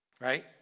Right